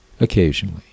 Occasionally